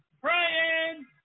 praying